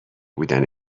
بودن